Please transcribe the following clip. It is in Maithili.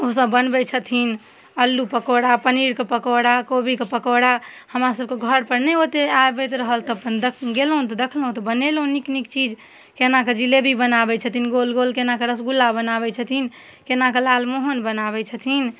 ओसभ बनबै छथिन अल्लू पकौड़ा पनीरके पकौड़ा कोबीके पकौड़ा हमरासभके घरपर नहि ओतेक आबैत रहल तऽ अपन गेलहुँ तऽ देखलहुँ तऽ बनेलहुँ नीक नीक चीज कोनाकऽ जिलेबी बनाबै छथिन गोल गोल कोनाकऽ रसगुल्ला बनाबै छथिन कोनाकऽ लालमोहन बनाबै छथिन